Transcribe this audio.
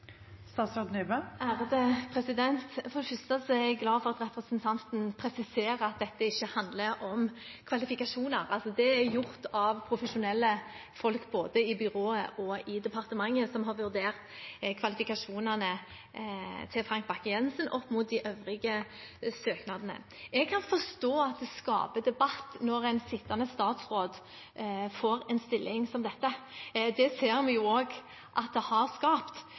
for utnemning? For det første er jeg glad for at representanten presiserer at dette ikke handler om kvalifikasjoner. Vurderingen er gjort av profesjonelle folk både i byrået og i departementet, som har vurdert kvalifikasjonene til Frank Bakke-Jensen opp mot de øvrige søknadene. Jeg kan forstå at det skaper debatt når en sittende statsråd får en stilling som dette. Det ser vi jo også at det har skapt.